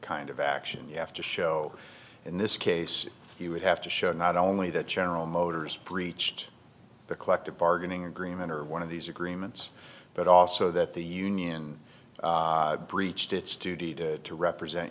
kind of action you have to show in this case you would have to show not only that general motors breached the collective bargaining agreement or one of these agreements but also that the union breached its duty to represent